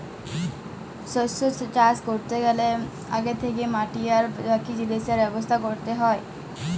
শস্য চাষ ক্যরতে গ্যালে আগে থ্যাকেই মাটি আর বাকি জিলিসের ব্যবস্থা ক্যরতে হ্যয়